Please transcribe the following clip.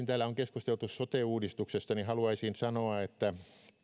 täällä on keskusteltu sote uudistuksesta haluaisin sanoa että